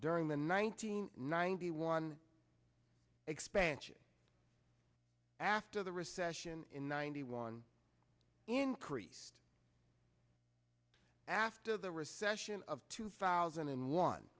during the one nine hundred ninety one expansion after the recession in ninety one increased after the recession of two thousand and one